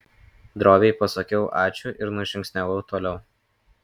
droviai pasakiau ačiū ir nužingsniavau toliau